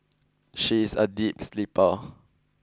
she is a deep sleeper